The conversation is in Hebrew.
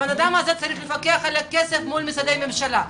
על הכסף מול משרדי הממשלה,